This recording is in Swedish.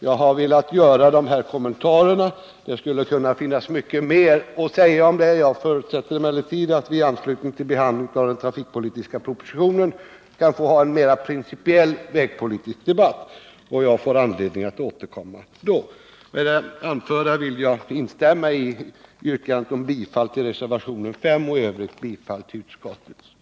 Jag har velat göra dessa kommentarer. Det finns mycket mer att säga om detta. Jag förutsätter emellertid att vi i anslutning till behandlingen av den trafikpolitiska propositionen skall få tillfälle att föra en mer principiell vägpolitisk debatt. Jag får då anledning att återkomma. Med det anförda instämmer jag i yrkandet om bifall till reservationen 5 och i övrigt till utskottets hemställan.